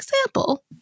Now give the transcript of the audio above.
example